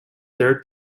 third